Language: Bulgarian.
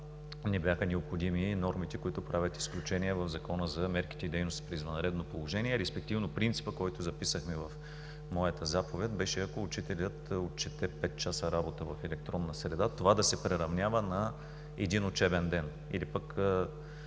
ни бяха необходими нормите, които правят изключение в Закона за мерките и дейностите при извънредно положение, респективно принципът, който записахме в моята заповед, беше, ако учителят отчете 5 часа работа в електронна среда, това да се приравнява на един учебен ден или пък